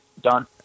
done